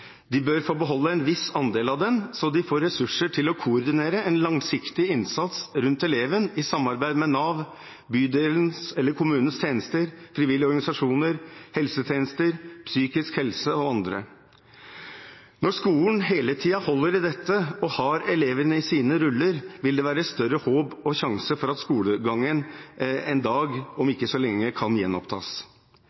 De bør få beholde en viss andel av den, slik at de får ressurser til å koordinere en langsiktig innsats rundt eleven i samarbeid med Nav, bydelens eller kommunens tjenester, frivillige organisasjoner, helsetjenester, psykisk helse og andre. Når skolen hele tiden holder i dette og har elevene i sine ruller, vil det være større håp og sjanse for at skolegangen en dag, om ikke så lenge, kan gjenopptas.